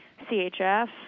CHF